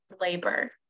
labor